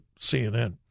CNN